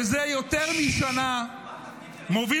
אני רוצה לומר בשולי הדברים שזה יותר משנה מוביל